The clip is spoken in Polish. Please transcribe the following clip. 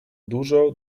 dużo